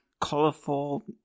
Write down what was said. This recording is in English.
colorful